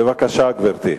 בבקשה, גברתי.